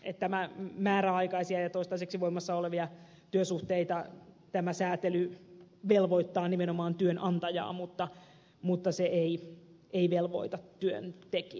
tämä määräaikaisten ja toistaiseksi voimassa olevien työsuhteiden sääntely velvoittaa nimenomaan työnantajaa mutta se ei velvoita työntekijää